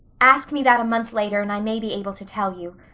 ask me that a month later and i may be able to tell you.